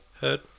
heard